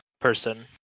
person